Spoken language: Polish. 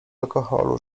alkoholu